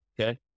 Okay